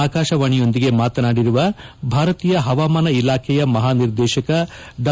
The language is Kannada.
ಆಕಾಶವಾಣಿಯೊಂದಿಗೆ ಮಾತನಾಡಿರುವ ಭಾರತೀಯ ಹವಾಮಾನ ಇಲಾಖೆಯ ಮಹಾನಿರ್ದೇಶಕ ಡಾ